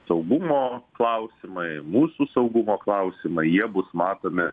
saugumo klausimai mūsų saugumo klausimai jie bus matomi